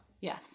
Yes